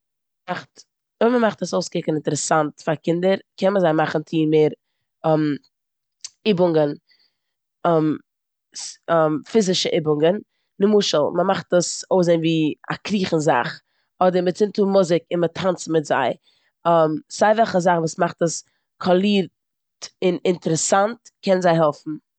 אויב מ'מאכט עס אויסקוקן אינטערעסאנט פאר קינדער קען מען זיי מאכן טון מער איבונגען פ- פיזישע איבונגען. נמשל מ'מאכט עס אויסקוקן ווי א קריכן זאך, אדער מ'צינדט אן מוזיק אדער מ'צינדט אן מוזיק און מ'טאנצט מיט זיי. סיי וועלכע זאך ס'מאכט עס קאלירט און אינטערעסאנט קען זיי העלפן.